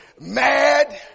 mad